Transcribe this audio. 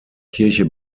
kirche